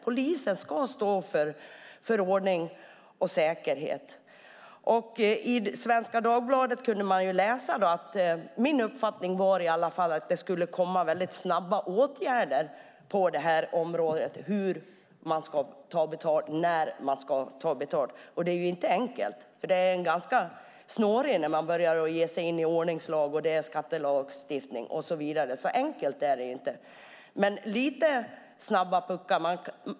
Polisen ska stå för ordning och säkerhet. Av Svenska Dagbladet har det framkommit att det ska komma snabba åtgärder i fråga om när och hur polisen kan ta betalt. Det är inte enkelt. Det blir snårigt när man ger sig in i ordningslag och skattelagstiftning. Så enkelt är det inte. Men det får gärna vara lite snabba puckar.